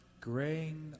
Graying